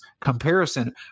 comparison